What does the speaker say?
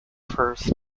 first